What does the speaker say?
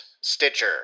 Stitcher